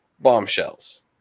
Bombshells